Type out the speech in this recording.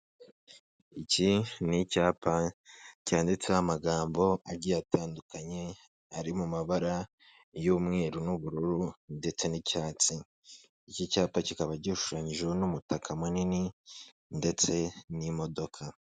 Iki ni icya cyanditseho amagambo agiye atandukanye ari mu mabara y'umweru n'ubururu ndetse n'icyatsi iki cyapa kikaba gishushanyijweho n'umutaka munini ndetse n'imodoka.